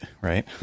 right